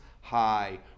high